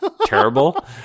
terrible